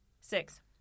Six